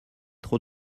trop